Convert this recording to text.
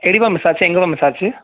எப்படிப்பா மிஸ் ஆச்சு எங்கேப்பா மிஸ் ஆச்சு